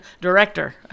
director